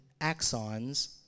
axons